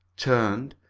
turned,